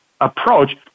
approach